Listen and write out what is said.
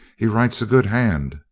he writes a good hand,